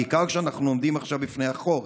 בעיקר כשאנחנו עומדים עכשיו לפני החורף?